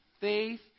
faith